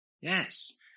Yes